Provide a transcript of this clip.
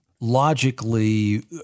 logically